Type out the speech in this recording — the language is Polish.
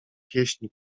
pieśni